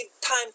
time